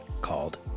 called